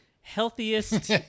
healthiest